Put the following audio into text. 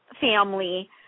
family